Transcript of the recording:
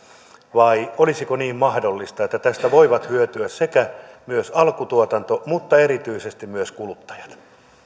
vai olisiko mahdollista niin että tästä voi hyötyä alkutuotanto mutta erityisesti myös kuluttajat